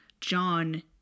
john